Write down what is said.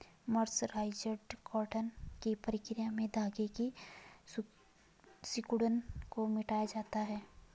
mercerised cotton की प्रक्रिया में धागे की सिकुड़न को मिटाया जाता है